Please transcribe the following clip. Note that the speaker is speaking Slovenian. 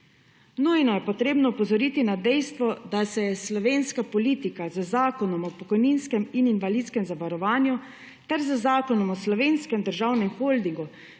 Nujno je potrebno opozoriti na dejstvo, da se je slovenska politika z zakonom o pokojninskem in invalidskem zavarovanju ter z zakonom o Slovenskem državnem holdingu